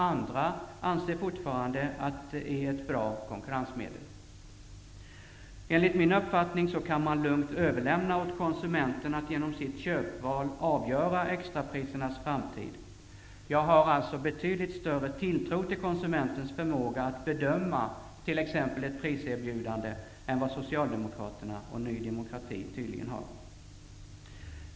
Andra anser fortfarande att det är ett bra konkurrensmedel. Enligt min uppfattning kan man lugnt överlämna åt konsumenten att genom sitt köpval avgöra extraprisernas framtid. Jag har alltså betydligt större tilltro till konsumentens förmåga att bedöma t.ex. ett priserbjudande än vad Socialdemokraterna och Ny demokrati tydligen har.